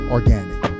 Organic